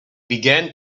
began